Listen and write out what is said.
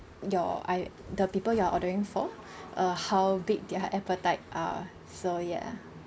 your I the people you're ordering for uh how big their appetite are so ya